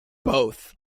both